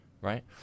right